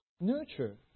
Nurture